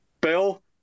Bill